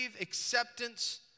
acceptance